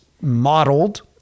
modeled